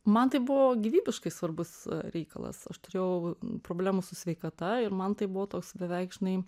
man tai buvo gyvybiškai svarbus reikalas aš turėjau problemų su sveikata ir man tai buvo toks beveik žinai